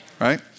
Right